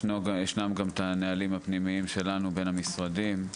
יש גם את הנהלים הפנימיים שלנו בין המשרדים.